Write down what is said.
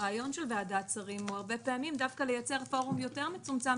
הרעיון של ועדת שרים הוא הרבה פעמים דווקא לייצר פורום מצומצם יותר,